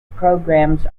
programs